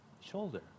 shoulder